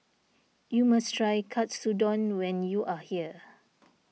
you must try Katsudon when you are here